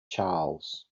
charles